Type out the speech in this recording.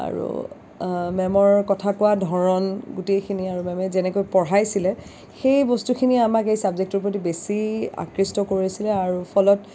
আৰু মে'মৰ কথা কোৱা ধৰণ গোটেইখিনি আৰু মে'মে যেনেকৈ পঢ়াইছিলে সেই বস্তুখিনি আমাক এই চাবজেক্টটোৰ প্ৰতি বেছি আকৃষ্ট কৰিছিলে আৰু ফলত